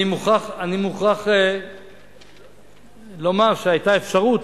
אני מוכרח לומר שהיתה אפשרות,